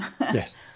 Yes